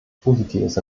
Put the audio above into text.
positives